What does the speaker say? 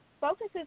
focuses